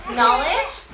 knowledge